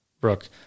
Brooke